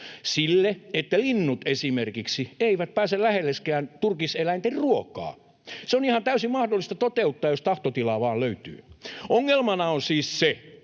siihen, että linnut eivät pääse lähellekään turkiseläinten ruokaa. Se on ihan täysin mahdollista toteuttaa, jos tahtotilaa vain löytyy. Ongelmana on siis se,